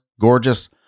gorgeous